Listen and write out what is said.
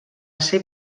ser